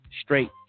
straight